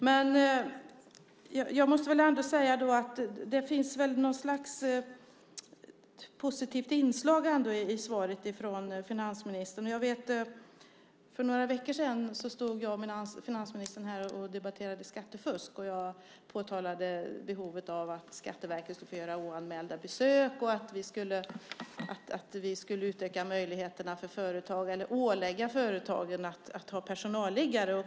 Det finns ändå ett slags positivt inslag i svaret från finansministern. För några veckor sedan stod jag och finansministern här och debatterade skattefusk. Jag påtalade behovet av att Skatteverket skulle få göra oanmälda besök och att vi skulle ålägga företagen att ha personalliggare.